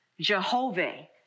Jehovah